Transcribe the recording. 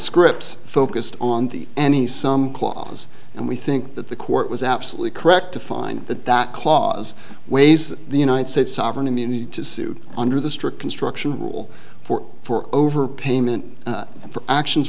scripts focused on the any sum clause and we think that the court was absolutely correct to find that that clause ways the united states sovereign immunity to suit under the strict construction rule for for over payment for actions